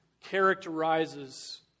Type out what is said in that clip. characterizes